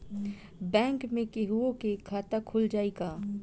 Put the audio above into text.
Bank में केहूओ के खाता खुल जाई का?